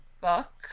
book